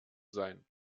sein